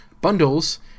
bundles